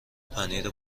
پنیر